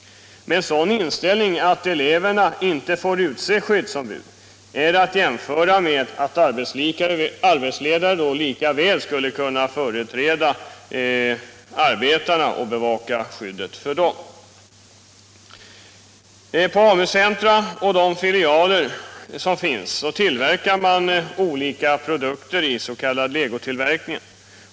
Inställningen att eleverna inte får utse skyddsombud är att jämföra med att arbetsledare företräder arbetarna och bevakar skyddet för dem. På AMU-centrer och deras filialer tillverkas olika produkter i s.k. legotillverkning.